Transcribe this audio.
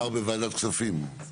זה עבר בוועדת הכספים.